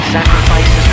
Sacrifices